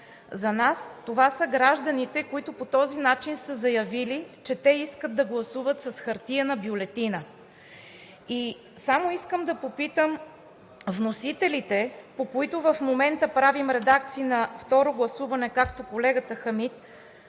за нас това са гражданите, които по този начин са заявили, че искат да гласуват с хартиена бюлетина. И само искам да попитам вносителите, които в момента правят редакции на второ гласуване, както колегата Хамид: